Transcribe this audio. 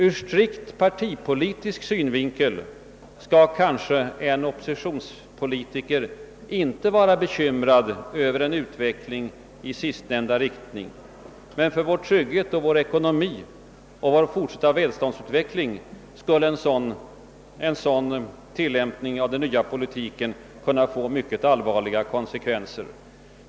Ur strikt partipolitisk synvinkel skall kanske en oppositionspolitiker inte vara bekymrad över en utveckling i sistnämnda riktning, men för vår trygghet, vår ekonomi och vår fortsatta välståndsutveckling skulle en sådan tillämpning av den nya politiken kunna få mycket allvarliga konsekvenser. Herr talman!